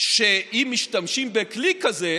שאם משתמשים בכלי כזה